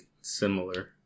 similar